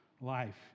life